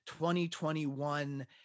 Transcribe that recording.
2021